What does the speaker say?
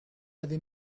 avez